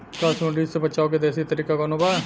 का सूंडी से बचाव क देशी तरीका कवनो बा?